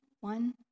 one